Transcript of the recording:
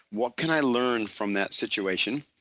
what can i learn from that situation?